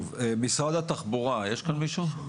טוב, משרד התחבורה, יש כאן מישהו?